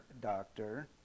doctor